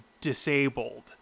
disabled